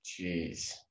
Jeez